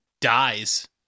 dies